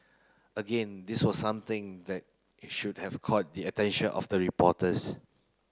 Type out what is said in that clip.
again this was something that should have caught the attention of the reporters